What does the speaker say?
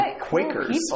Quakers